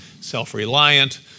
self-reliant